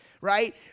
right